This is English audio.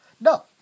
No